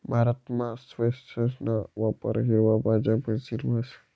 भारतमा स्क्वैशना वापर हिरवा भाज्या म्हणीसन व्हस